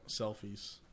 selfies